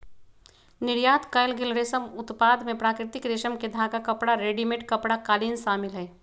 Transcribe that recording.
निर्यात कएल गेल रेशम उत्पाद में प्राकृतिक रेशम के धागा, कपड़ा, रेडीमेड कपड़ा, कालीन शामिल हई